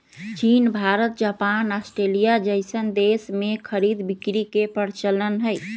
चीन Bharat Japan Australia जइसन देश में खरीद बिक्री के परचलन हई